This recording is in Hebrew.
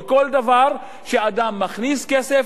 בכל דבר שאדם מכניס כסף,